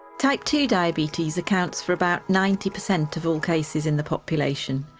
type two diabetes accounts for about ninety per cent of all cases in the population.